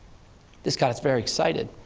this got us very excited.